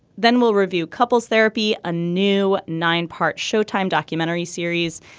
then we'll review couples therapy a new nine part showtime documentary series.